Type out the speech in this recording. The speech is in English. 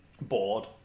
bored